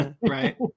Right